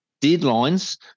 deadlines